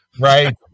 Right